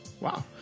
Wow